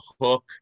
hook